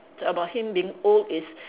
about him being old is